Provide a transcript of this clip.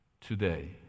today